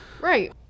Right